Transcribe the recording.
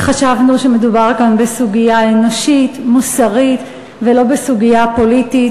כי חשבנו שמדובר כאן בסוגיה אנושית-מוסרית ולא בסוגיה פוליטית.